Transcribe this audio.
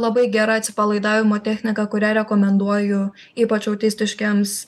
labai gera atsipalaidavimo technika kurią rekomenduoju ypač autistiškiems